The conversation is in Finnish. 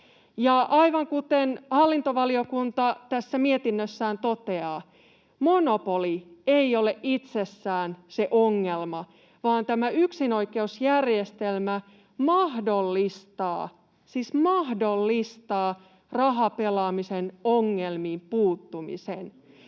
Aivan kuten hallintovaliokunta tässä mietinnössään toteaa, monopoli ei ole itsessään se ongelma vaan tämä yksinoikeusjärjestelmä mahdollistaa, siis mahdollistaa, rahapelaamisen ongelmiin puuttumisen.